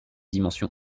dimension